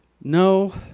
No